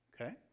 Okay